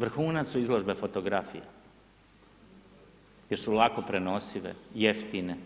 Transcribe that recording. Vrhunac su izložbe fotografija jer su lako prenosive, jeftine,